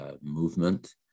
movement